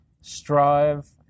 Strive